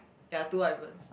ya two white birds